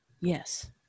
Yes